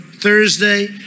Thursday